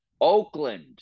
Oakland